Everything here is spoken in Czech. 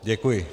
Děkuji.